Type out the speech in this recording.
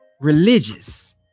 Religious